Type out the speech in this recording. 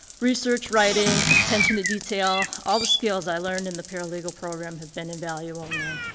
research, writing, attention to detail all the skills i learned in the paralegal program have been invaluable to me.